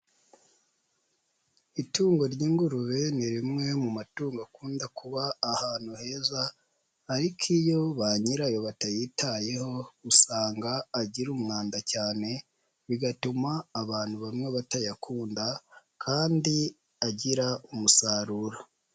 Itungo ry'ingurube, ni rimwe mu matungo akunda kuba ahantu heza ariko iyo banyirayo batayitayeho, usanga agira umwanda cyane, bigatuma abantu bamwe batayakunda kandi agira umusaruro